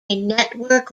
network